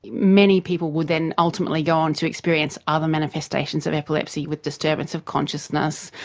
many people would then ultimately go on to experience other manifestations of epilepsy with disturbance of consciousness,